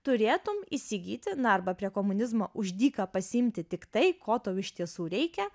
turėtum įsigyti na arba prie komunizmo už dyką pasiimti tik tai ko tau iš tiesų reikia